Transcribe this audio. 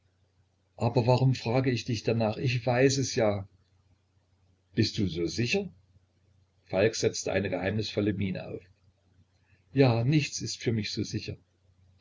aber warum frage ich dich danach ich weiß es ja bist du so sicher falk setzte eine geheimnisvolle miene auf ja nichts ist für mich so sicher